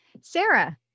Sarah